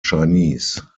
chinese